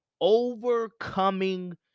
Overcoming